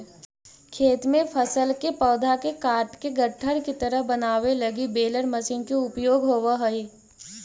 खेत में फसल के पौधा के काटके गट्ठर के तरह बनावे लगी बेलर मशीन के उपयोग होवऽ हई